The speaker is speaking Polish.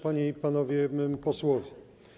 Panie i Panowie Posłowie!